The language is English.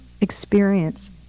experience